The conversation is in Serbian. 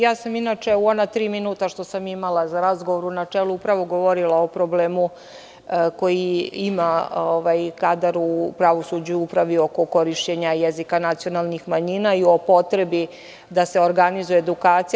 Ja sam inače u ona tri minuta što sam imala za razgovor u načelu upravo govorila o problemu koji ima kadar u pravosuđu u upravi oko korišćenja jezika nacionalnih manjina i o potrebi da se organizuje edukacija.